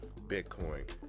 Bitcoin